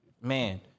Man